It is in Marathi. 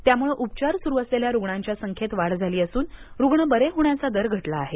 त्यामुळे उपचार सुरू असलेल्या रुग्णांच्या संख्येत वाढ झाली असून रुग्ण बरे होण्याचा दर घटला आहे